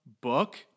book